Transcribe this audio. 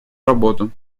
работу